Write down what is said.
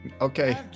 okay